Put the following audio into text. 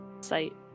site